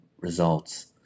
results